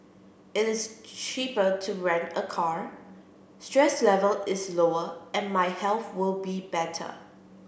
it is cheaper to rent a car stress level is lower and my health will be better